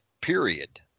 period